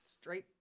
straight